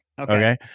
Okay